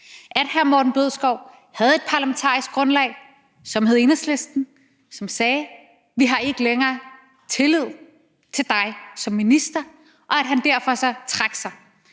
Hr. Morten Bødskov havde et parlamentarisk grundlag, som hed Enhedslisten, som sagde: Vi har ikke længere tillid til dig som minister. Derfor trak han